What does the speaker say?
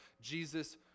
Jesus